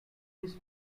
this